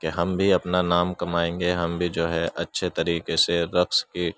کہ ہم بھی اپنا نام کمائیں گے ہم بھی جو ہے اچھے طریقے سے رقص کی